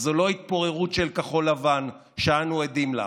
"זו לא התפוררות של כחול לבן שאנו עדים לה,